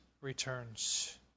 returns